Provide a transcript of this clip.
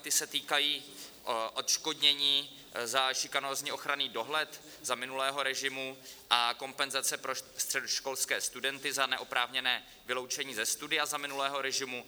Ty se týkají odškodnění za šikanózní ochranný dohled za minulého režimu a kompenzace pro středoškolské studenty za neoprávněné vyloučení ze studia za minulého režimu.